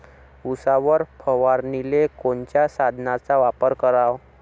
उसावर फवारनीले कोनच्या साधनाचा वापर कराव?